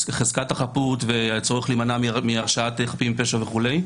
חזקת החפות והצורך להימנע מהרשעת חפים מפשע וכו',